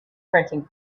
printing